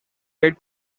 red